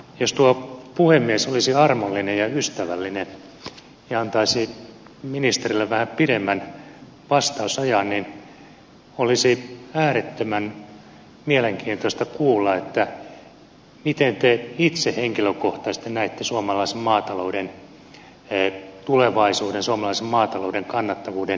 jos tuo puhemies olisi armollinen ja ystävällinen ja antaisi ministerille vähän pidemmän vastausajan niin olisi äärettömän mielenkiintoista kuulla miten te itse henkilökohtaisesti näette suomalaisen maatalouden tulevaisuuden suomalaisen maatalouden kannattavuuden